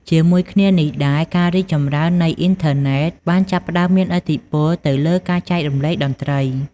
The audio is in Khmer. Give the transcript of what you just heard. ជាមួយគ្នានេះដែរ ការរីកចម្រើននៃ អ៊ីនធឺណេត បានចាប់ផ្ដើមមានឥទ្ធិពលទៅលើការចែករំលែកតន្ត្រី។